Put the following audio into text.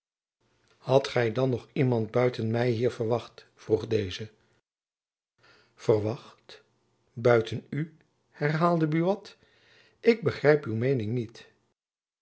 hadt gy dan nog iemand buiten my hier ververwacht vroeg deze verwacht buiten u herhaalde buat ik begrijp uw meening niet